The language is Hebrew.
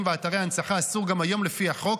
ואתרי הנצחה אסור גם היו היום לפיו החוק,